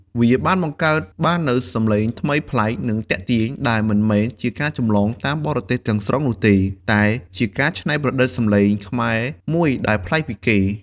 វាបានបង្កើតបាននូវសម្លេងថ្មីប្លែក និងទាក់ទាញ ដែលមិនមែនជាការចម្លងតាមបរទេសទាំងស្រុងនោះទេ តែជាការច្នៃប្រឌិតសម្លេង ខ្មែរ មួយដែលប្លែកពីគេ។